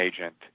agent